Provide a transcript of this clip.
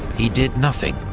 he did nothing,